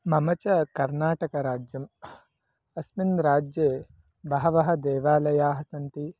मम च कर्नाटकराज्यम् अस्मिन् राज्ये बहवः देवालयाः सन्ति